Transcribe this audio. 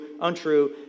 untrue